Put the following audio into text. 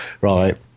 right